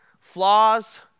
Flaws